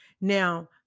Now